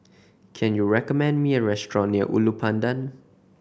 can you recommend me a restaurant near Ulu Pandan